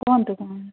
କୁହନ୍ତୁ କ'ଣ ହେଲା